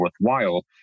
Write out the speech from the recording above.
worthwhile